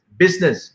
business